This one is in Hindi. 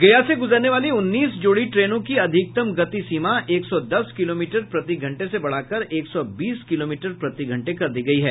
गया से गुजरने वाली उन्नीस जोड़ी ट्रेनों की अधिकतम गति सीमा एक सौ दस किलोमीटर प्रतिघंटे से बढ़ाकर एक सौ बीस किलोमीटर प्रतिघंटे कर दी गयी है